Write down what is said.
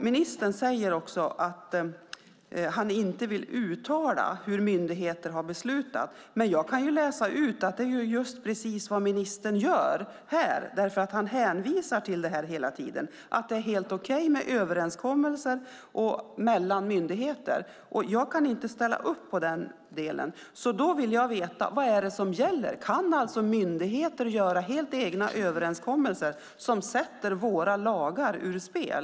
Ministern säger att han inte vill uttala hur myndigheter har beslutat. Men jag kan läsa ut att det är precis vad ministern gör här därför att han hela tiden hänvisar till att det är helt okej med överenskommelser mellan myndigheter. Jag kan inte ställa upp på det. Då vill jag veta: Vad är det som gäller? Kan alltså myndigheten träffa helt egna överenskommelser som sätter våra lagar ur spel?